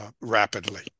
rapidly